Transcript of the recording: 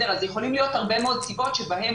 אז יכולות להיות הרבה מאוד סיבות שבהן